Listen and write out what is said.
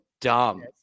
dumb